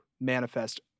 manifest